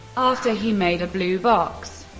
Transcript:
after he made a blue box.